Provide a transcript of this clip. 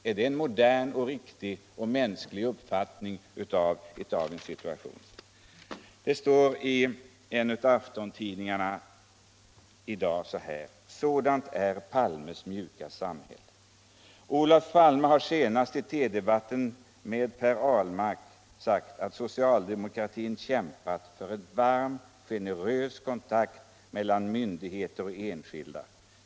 Är det en modern, riktig och mänsklig uppfattning av situationen? I en av aftontidningarna står det i dag så här: ”Sådant är Palmes ”mjuka samhälle”. Olof Palme sade senast i TV-debatten med herr Ahlmark att socialdemokratin kämpat för en varm och generös kontakt mellan myndigheter och enskilda.